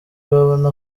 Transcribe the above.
babona